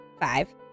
five